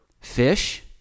fish